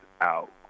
out